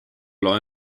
loe